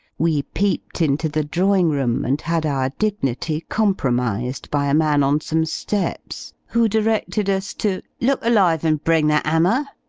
we peeped into the drawing-room, and had our dignity compromised by a man on some steps who directed us to look alive and bring that hammer.